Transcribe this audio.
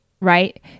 right